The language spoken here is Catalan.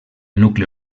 nucli